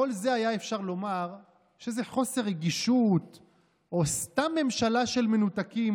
על כל זה אפשר היה לומר שזה איזה חוסר רגישות או סתם ממשלה של מנותקים,